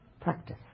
practice